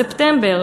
בספטמבר,